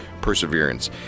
perseverance